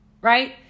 right